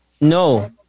No